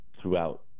throughout